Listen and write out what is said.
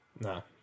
No